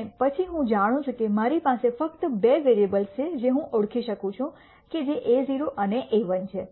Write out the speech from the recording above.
અને પછી હું જાણું છું કે મારી પાસે ફક્ત બે વેરીઅબલ છે જે હું ઓળખી શકું છું કે જે a₀ અને a₁ છે